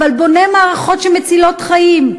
אבל בונה מערכות שמצילות חיים,